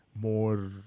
more